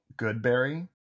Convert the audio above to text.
Goodberry